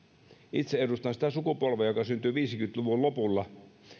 itse edustan sitä sukupolvea joka syntyi viisikymmentä luvun lopulla